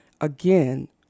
again